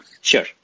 sure